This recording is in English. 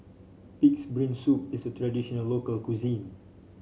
pig's brain soup is a traditional local cuisine